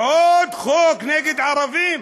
עוד חוק נגד ערבים?